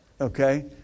Okay